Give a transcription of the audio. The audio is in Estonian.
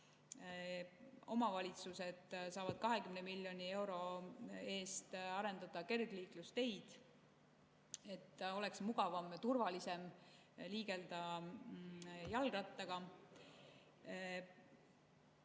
Omavalitsused saavad 20 miljoni euro eest arendada kergliiklusteid, et oleks mugavam ja turvalisem liigelda jalgrattaga.